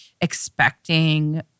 expecting